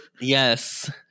Yes